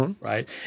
Right